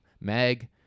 Meg